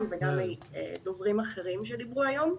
וגם מדוברים אחרים שדיברו קודם לכן.